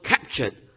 captured